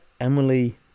Emily